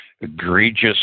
egregious